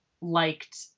liked